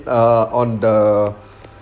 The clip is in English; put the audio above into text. err on the